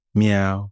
meow